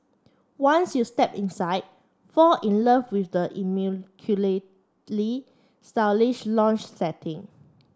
once you step inside fall in love with the immaculately stylish lounge setting